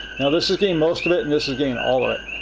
now this is getting most of it and this is getting all of it.